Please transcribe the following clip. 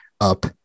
up